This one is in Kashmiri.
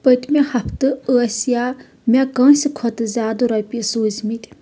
پٔتمہِ ہفتہٕ ٲسیا مےٚ کٲنٛسہِ کھۄتہٕ زِیٛادٕ رۄپیہِ سوٗزۍ مٕتۍ